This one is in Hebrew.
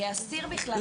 כי האסיר בכלל לא פנה.